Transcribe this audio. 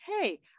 hey-